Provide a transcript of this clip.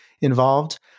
involved